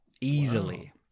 Easily